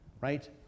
right